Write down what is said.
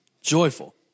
joyful